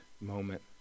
moment